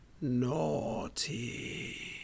naughty